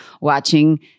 watching